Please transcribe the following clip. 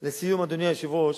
לסיום, אדוני היושב-ראש,